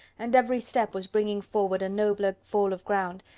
and every step was bringing forward a nobler fall of ground,